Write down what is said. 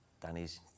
Danny's